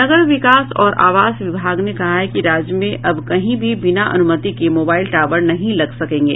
नगर विकास और आवास विभाग ने कहा है कि राज्य में अब कहीं भी बिना अनुमति के मोबाईल टावर नहीं लग सकेंगे